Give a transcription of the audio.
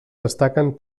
destaquen